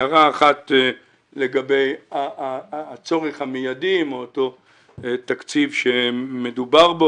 הערה אחת לגבי הצורך המיידי באותו תקציב בו מדובר.